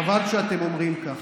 חבל שאתם אומרים כך.